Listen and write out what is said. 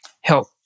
help